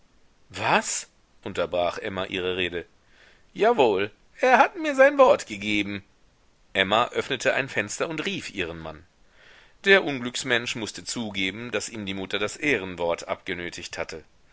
was unterbrach emma ihre rede jawohl er hat mir sein wort gegeben emma öffnete ein fenster und rief ihren mann der unglücksmensch mußte zugeben daß ihm die mutter das ehrenwort abgenötigt hatte